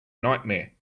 nightmare